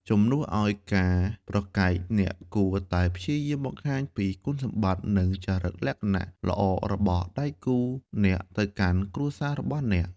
ជំនួសឲ្យការប្រកែក អ្នកគួរតែព្យាយាមបង្ហាញពីគុណសម្បត្តិ និងចរិតលក្ខណៈល្អរបស់ដៃគូអ្នកទៅកាន់គ្រួសាររបស់អ្នក។